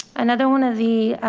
another one of the,